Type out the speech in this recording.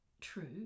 true